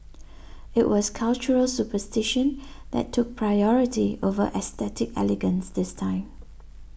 it was cultural superstition that took priority over aesthetic elegance this time